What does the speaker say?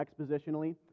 expositionally